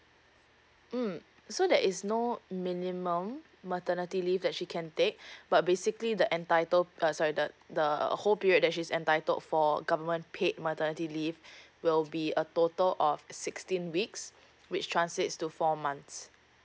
um so there is no minimum maternity leave that she can take but basically the entitled uh sorry the the whole period that she's entitled for government paid maternity leave will be a total of sixteen weeks which translates to four months